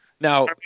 now